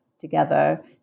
together